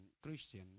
Christian